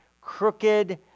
crooked